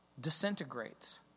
disintegrates